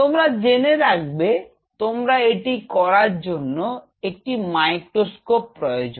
তোমরা জেনে থাকবে তোমার এটি করার জন্য একটি মাইক্রোস্কোপ প্রয়োজন